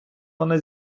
вона